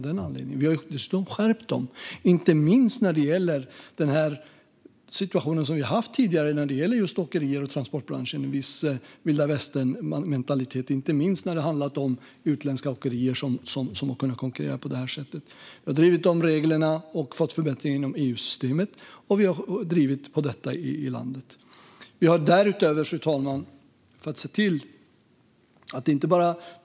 Dessa har vi dessutom skärpt, mycket på grund av tidigare vilda västern-mentalitet, inte minst hos utländska åkerier som har kunnat konkurrera på detta sätt. Vi har skrivit om reglerna och fått förbättringar inom EU-systemet, och vi har drivit på inom landet. Fru talman!